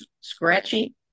scratchy